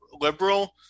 liberal